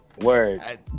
word